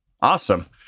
awesome